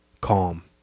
calm